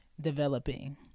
developing